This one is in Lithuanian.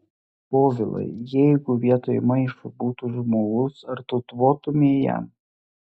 povilai jeigu vietoj maišo būtų žmogus ar tu tvotumei jam